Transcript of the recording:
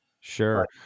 Sure